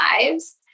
lives